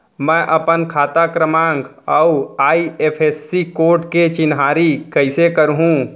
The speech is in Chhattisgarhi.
मैं अपन खाता क्रमाँक अऊ आई.एफ.एस.सी कोड के चिन्हारी कइसे करहूँ?